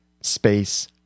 space